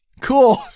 Cool